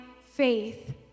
faith